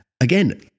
again